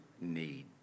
need